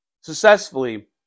successfully